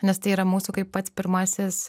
nes tai yra mūsų kaip pats pirmasis